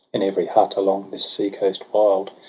in every hut along this sea coast wild